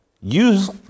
Use